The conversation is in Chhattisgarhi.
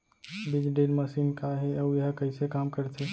बीज ड्रिल मशीन का हे अऊ एहा कइसे काम करथे?